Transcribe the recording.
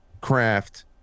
craft